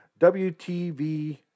WTV